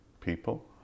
people